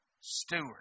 steward